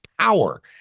power